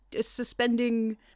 suspending